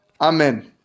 Amen